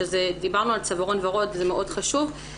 שדיברנו על צווארון ורוד וזה מאוד חשוב,